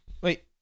wait